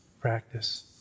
practice